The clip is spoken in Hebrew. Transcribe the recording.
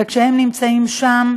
וכשהם נמצאים שם,